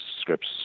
scripts